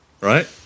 right